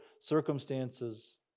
circumstances